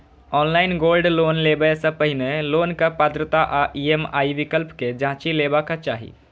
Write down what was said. online gold loan लेबय सं पहिने लोनक पात्रता आ ई.एम.आई विकल्प कें जांचि लेबाक चाही